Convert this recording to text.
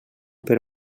per